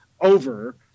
over